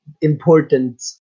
important